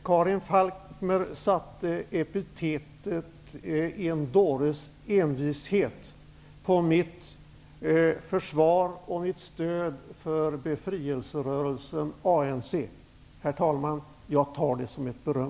Herr talman! Karin Falkmer betecknade mitt försvar och stöd för befrielserörelsen ANC som en dåres envishet. Herr talman! Jag tar det som ett beröm.